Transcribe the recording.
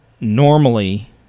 normally